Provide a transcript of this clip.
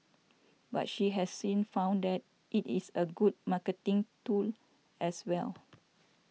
but she has since found that it is a good marketing tool as well